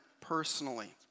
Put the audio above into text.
personally